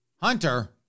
Hunter